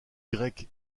grecques